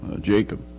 Jacob